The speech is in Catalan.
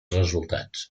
resultats